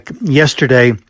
yesterday